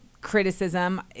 criticism